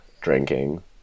drinking